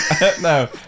No